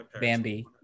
Bambi